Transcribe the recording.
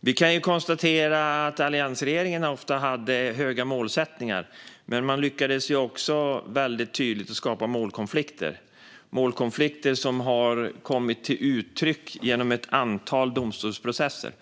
Vi kan konstatera att alliansregeringen ofta hade höga målsättningar. Men man lyckades också väldigt tydligt att skapa målkonflikter, målkonflikter som har kommit till uttryck i ett antal domstolsprocesser.